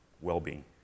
well-being